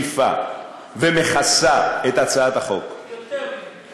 מה אתה רוצה, יותר טוב מזה?